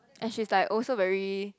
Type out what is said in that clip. and she's like also very